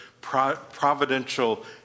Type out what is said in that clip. providential